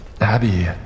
Abby